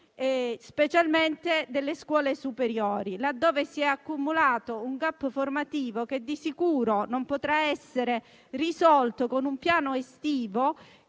specialmente delle scuole superiori. È qui che si è accumulato un *gap* formativo che di sicuro non potrà essere colmato con un piano estivo